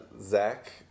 Zach